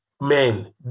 men